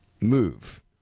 move